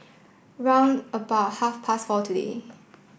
round about half past four today